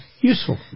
Useful